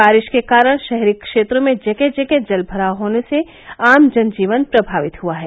बारिश के कारण शहरी क्षेत्रों में जगह जगह जलभराव होने से आम जनजीवन प्रमावित हुआ है